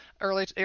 Early